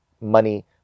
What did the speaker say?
money